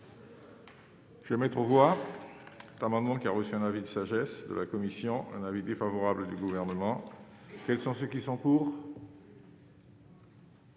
Je mettre aux voix, pas maintenant, qui a reçu un avis de sagesse de la commission, un avis défavorable du Gouvernement quels sont ceux qui sont en